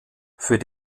für